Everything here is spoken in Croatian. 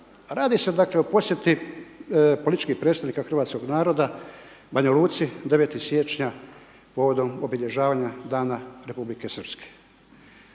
Radi se dakle, o posjeti političkih predstavnika hrvatskog naroda, Banja Luci 9.1. povodom obilježavanja dana Republike Srpske.